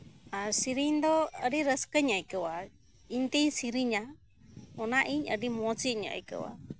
ᱟᱨ ᱥᱮᱨᱮᱧ ᱫᱚ ᱟᱹᱰᱤ ᱨᱟᱹᱥᱠᱟᱹᱧ ᱟᱹᱭᱠᱟᱹᱣᱟ ᱤᱧᱛᱮᱧ ᱥᱮᱨᱮᱧᱟ ᱚᱱᱟ ᱤᱧ ᱟᱹᱰᱤ ᱢᱚᱸᱡᱽ ᱤᱧ ᱟᱹᱭᱠᱟᱹᱣᱟ